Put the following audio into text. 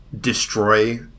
destroy